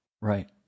Right